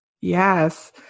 Yes